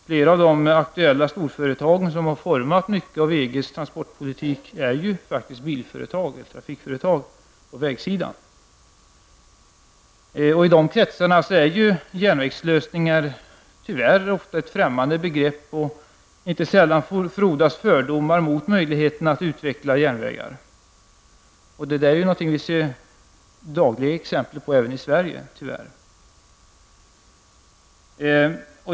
Fler av de aktuella storföretag som har format mycket av EGs transportpolitik är ju faktiskt bil och trafikföretag. I dessa kretsar är järnvägslösningar tyvärr ofta ett främmande begrepp, och inte sällan frodas fördomar mot möjligheterna att utveckla järnvägar. Det ser vi dagligen exempel på även i Sverige, tyvärr.